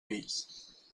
fills